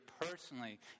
personally